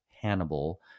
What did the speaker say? Hannibal